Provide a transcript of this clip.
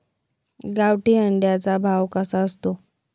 गावठी अंड्याचा भाव कसा असतो?